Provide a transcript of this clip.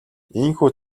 ийнхүү